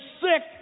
sick